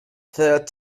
third